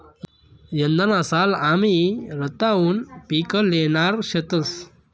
यंदाना साल आमी रताउनं पिक ल्हेणार शेतंस